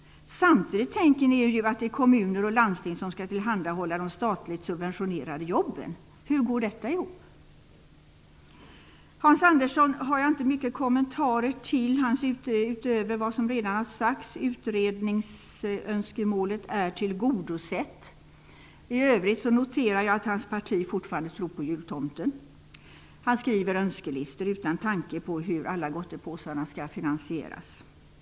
Samtidigt tänker ni er ju att det är kommuner och landsting som skall tillhandahålla de statligt subventionerade jobben. Hur går det ihop? Jag har ingen särskild kommentar till det Hans Andersson sade utöver det som redan har sagts. Utredningsönskemålet är tillgodosett. I övrigt noterar jag att hans parti fortfarande tror på jultomten. Han skriver önskelistor utan tanke på hur alla gottepåsarna skall finansieras.